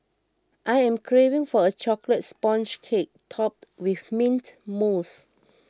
I am craving for a Chocolate Sponge Cake Topped with Mint Mousse